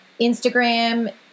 Instagram